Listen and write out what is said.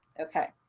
okay.